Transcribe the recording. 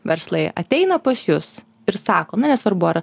verslai ateina pas jus ir sako na nesvarbu ar